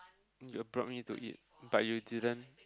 you all brought me to eat but you didn't